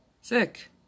Sick